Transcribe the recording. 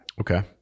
Okay